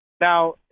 Now